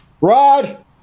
Rod